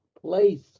place